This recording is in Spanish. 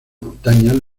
montañas